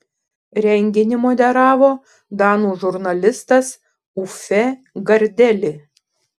renginį moderavo danų žurnalistas uffe gardeli